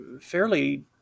fairly